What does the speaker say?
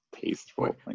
tasteful